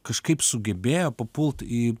kažkaip sugebėjo papult į